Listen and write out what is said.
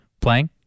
playing